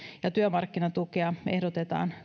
ja työmarkkinatukea ehdotetaan